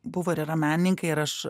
buvo ir yra menininkai ir aš